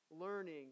Learning